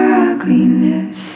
ugliness